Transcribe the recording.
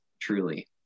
Truly